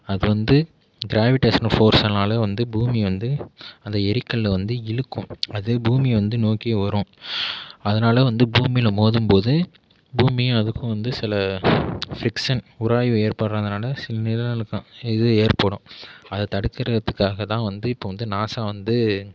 அது வந்து கிராவிடெஸ்னல் ஃபோர்ஸினால் வந்து பூமி வந்து அந்த எரிக்கல்லை வந்து இழுக்கும் அது பூமியை வந்து நோக்கி வரும் அதனால் வந்து பூமியில் மோதும் போது பூமியும் அதுக்கும் சில ஃப்ரிக்ஸன் உராய்வு ஏற்படுறதுனால சில நில நடுக்கம் இது ஏற்படும் அது தடுக்கிறதுக்காகதான் வந்து இப்போ வந்து நாசா வந்து